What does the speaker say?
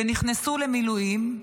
ונכנסו למילואים.